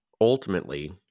ultimately –